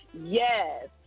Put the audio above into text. Yes